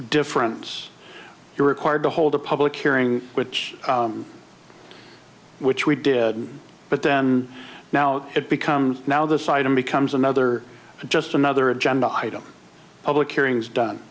difference you're required to hold a public hearing which which we did but then now it becomes now the side and becomes another just another agenda item public hearings done